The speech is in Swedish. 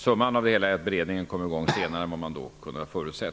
Summan av det hela är att beredningen kom i gång senare än vad man då kunde förutse.